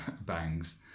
bangs